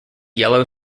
yellow